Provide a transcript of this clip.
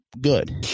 good